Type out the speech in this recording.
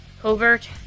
covert